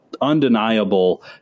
undeniable